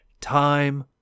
time